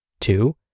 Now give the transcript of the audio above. Two